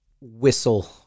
whistle